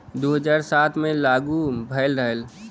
दू हज़ार सात मे लागू भएल रहल